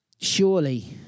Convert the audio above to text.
Surely